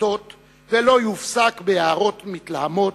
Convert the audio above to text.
מצמיתות ולא יופסק בהערות מתלהמות,